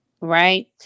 right